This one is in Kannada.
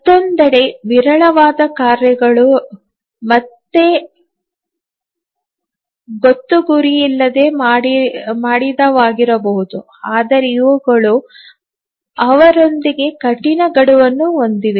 ಮತ್ತೊಂದೆಡೆ ವಿರಳವಾದ ಕಾರ್ಯಗಳು ಮತ್ತೆ ಗೊತ್ತುಗುರಿಯಿಲ್ಲದೆ ಮಾಡಿದ ವಾಗಿರಬಹುದು ಆದರೆ ಇವುಗಳು ಅವರೊಂದಿಗೆ ಕಠಿಣ ಗಡುವನ್ನು ಹೊಂದಿವೆ